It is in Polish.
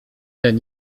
ten